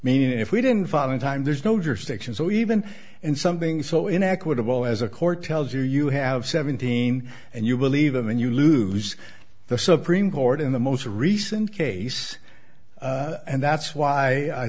meaning if we didn't fall in time there's no jurisdiction so even and something so inequitable as a court tells you you have seventeen and you believe and you lose the supreme court in the most recent case and that's why i